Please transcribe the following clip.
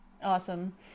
Awesome